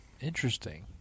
interesting